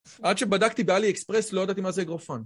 עד שבדקתי באלי אקספרס לא יודעתי מה זה אגרופן